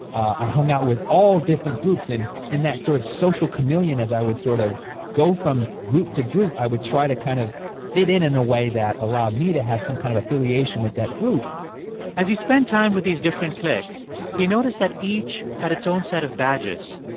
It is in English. i hung out with all different groups. and in that sort of social chameleon, as i would sort of go from group to group, i would try to kind of fit in in a way that allowed me to have some kind of affiliation with that group as he spent time with these different cliques, he noticed that each had its own set of badges,